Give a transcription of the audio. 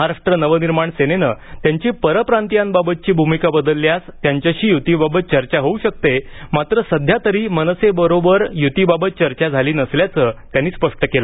महाराष्ट्र नवनिर्माण सेनेनं त्यांची परप्रांतीयांवाबतची भूमिका बदलल्यास त्यांच्याशी युतीवाबत चर्चा होऊ शकते मात्र सध्यातरी मनसे बरोबर युतीवाबत चर्चा झाली नसल्याचं त्यांनी स्पष्ट केलं